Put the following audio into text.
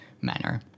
manner